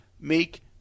make